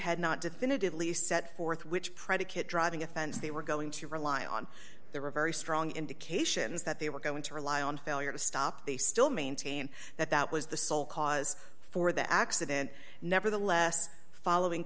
had not definitively set forth which predicate driving offense they were going to rely on there were very strong indications that they were going to rely on failure to stop they still maintain that that was the sole cause for the accident never the less following